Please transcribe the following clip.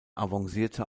avancierte